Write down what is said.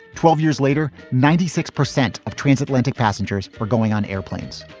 twelve years later, ninety six percent of transatlantic passengers were going on airplanes.